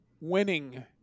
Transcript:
winning